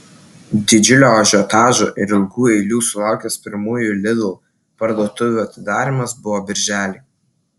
didžiulio ažiotažo ir ilgų eilių sulaukęs pirmųjų lidl parduotuvių atidarymas buvo birželį